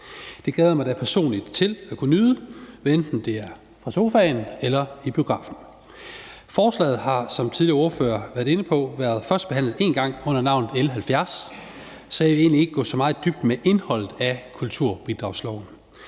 Det glæder jeg mig personligt til at kunne nyde, hvad enten det er fra sofaen eller i biografen. Forslaget har, som tidligere ordførere har været inde på, været førstebehandlet én gang under navnet L 70, så jeg vil egentlig ikke gå så meget i dybden med indholdet af kulturbidragsloven.